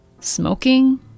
smoking